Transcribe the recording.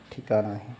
ठिकाण आहे